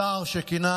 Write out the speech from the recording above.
שר שכינה